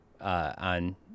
on